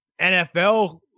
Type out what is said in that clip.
nfl